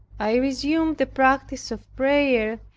i resumed the practice of prayer,